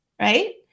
right